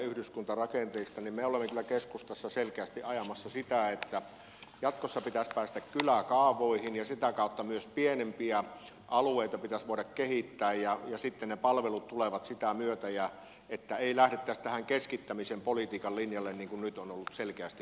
me olemme kyllä keskustassa selkeästi ajamassa sitä että jatkossa pitäisi päästä kyläkaavoihin ja sitä kautta myös pienempiä alueita pitäisi voida kehittää ja sitten ne palvelut tulevat sitä myötä että ei lähdettäisi tähän keskittämisen politiikan linjalle niin kuin nyt on ollut selkeästi nähtävissä